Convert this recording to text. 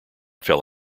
fell